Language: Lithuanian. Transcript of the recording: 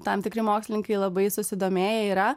tam tikri mokslininkai labai susidomėję yra